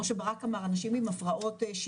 כמו שברק אמר אנשים עם הפרעות שימוש,